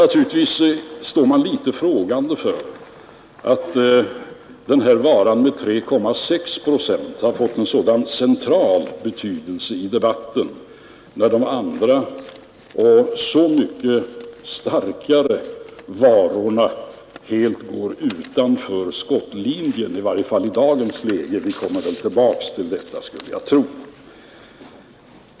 Naturligtvis står man litet frågande för att varan med 3,6 procent alkohol har fått en sådan central betydelse i debatten, när de andra och så mycket starkare varorna helt går utanför skottlinjen, i varje fall i dagens läge — vi kommer väl tillbaka till detta skulle jag tro.